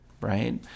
right